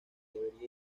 debería